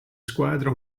squadra